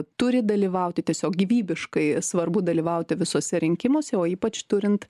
turi dalyvauti tiesiog gyvybiškai svarbu dalyvauti visuose rinkimuose o ypač turint